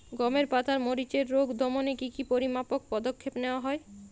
গমের পাতার মরিচের রোগ দমনে কি কি পরিমাপক পদক্ষেপ নেওয়া হয়?